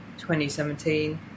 2017